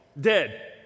Dead